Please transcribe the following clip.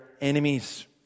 enemies